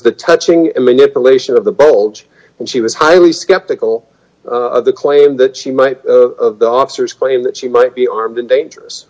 the touching and manipulation of the bolt and she was highly skeptical of the claim that she might the officers claim that she might be armed and dangerous